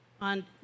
On